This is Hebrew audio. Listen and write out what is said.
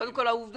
קודם כל העובדות.